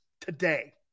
Today